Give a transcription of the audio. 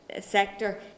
sector